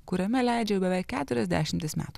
kuriame leidžia jau beveik keturias dešimtis metų